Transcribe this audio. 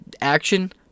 action